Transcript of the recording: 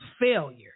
failure